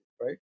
right